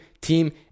team